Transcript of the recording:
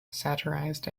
satirized